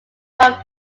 more